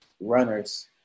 runners